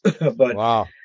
Wow